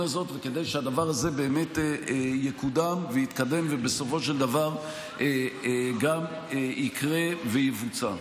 הזאת וכדי שהדבר הזה באמת יקודם ויתקדם ובסופו של דבר גם יקרה ויבוצע.